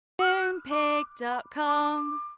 Moonpig.com